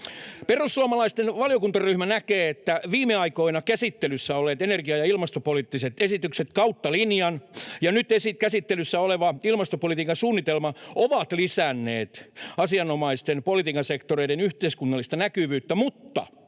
Perussuomalaisten valiokuntaryhmä näkee, että viime aikoina käsittelyssä olleet energia- ja ilmastopoliittiset esitykset kautta linjan ja nyt käsittelyssä oleva ilmastopolitiikan suunnitelma ovat lisänneet asianomaisten politiikan sektoreiden yhteiskunnallista näkyvyyttä mutta